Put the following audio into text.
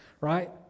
right